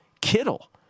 Kittle